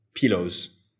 pillows